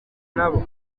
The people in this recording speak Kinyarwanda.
nabo